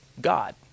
God